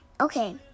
Okay